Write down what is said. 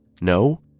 no